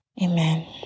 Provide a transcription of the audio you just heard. Amen